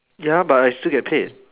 ya but I still get paid